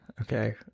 Okay